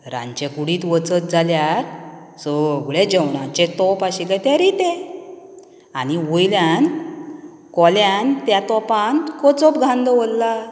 रांदच्या कुडींत वचत जाल्यार सगळें जेवणाचे तोप आशिल्ले तें रिते आनी वयल्यान कोल्यान त्या तोंपात कोचोप घालन दवरला